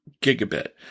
gigabit